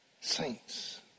saints